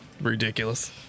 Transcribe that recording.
ridiculous